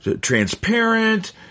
transparent